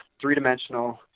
three-dimensional